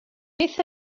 beth